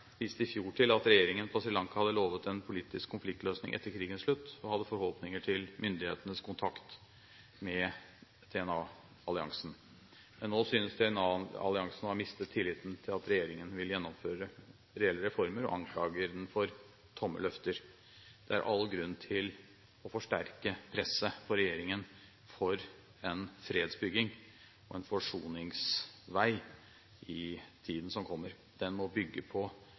viste i fjor til at regjeringen på Sri Lanka hadde lovet en politisk konfliktløsning etter krigens slutt, og hadde forhåpninger til myndighetenes kontakt med TNA-alliansen. Men nå synes TNA-alliansen å ha mistet tilliten til at regjeringen vil gjennomføre reelle reformer, og anklager den for tomme løfter. Det er all grunn til å forsterke presset på regjeringen for en fredsbygging og en forsoningsvei i tiden som kommer. Den må bygge på